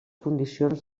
condicions